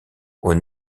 aux